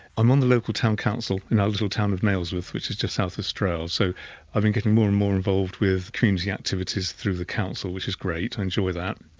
i'm on the local town council in our little town of nailsworth, which is just south of stroud, so i've been getting more and more involved with community activities through the council which is great, i enjoy that.